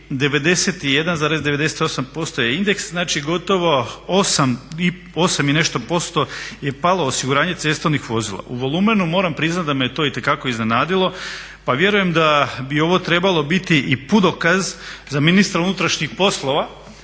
91,98% je indeks, znači gotovo 8 i nešto posto je palo osiguranje cestovnih vozila. U volumenu moram priznati da me to itekako iznenadilo pa vjerujem da bi ovo trebalo biti i putokaz za ministra unutarnjih poslova